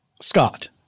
Scott